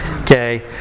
okay